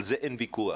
על זה אין ויכוח,